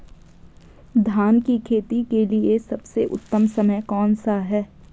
धान की खेती के लिए सबसे उत्तम समय कौनसा है?